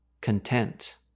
Content